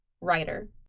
Writer